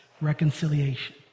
reconciliation